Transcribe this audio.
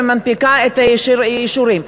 ומנפיקה את האישורים.